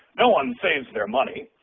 no one saves their money.